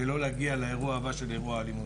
לא להגיע לאירוע הבא של אירוע האלימות.